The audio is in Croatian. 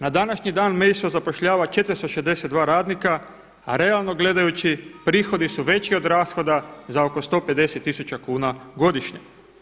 Na današnji dan MEISO zapošljava 462 radnika, a realno gledajući prihodi su veći od rashoda za oko 150 tisuća kuna godišnje.